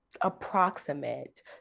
approximate